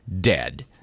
dead